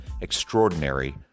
extraordinary